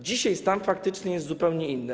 Dzisiaj stan faktyczny jest zupełnie inny.